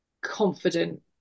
confident